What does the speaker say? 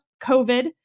COVID